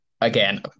again